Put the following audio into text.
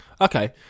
Okay